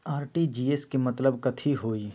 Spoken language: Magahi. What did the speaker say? आर.टी.जी.एस के मतलब कथी होइ?